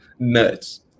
nuts